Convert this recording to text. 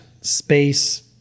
space